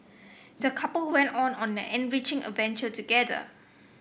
the couple went on an enriching adventure together